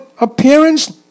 appearance